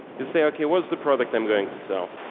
you say, okay what's the product i'm going to sell?